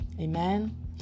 Amen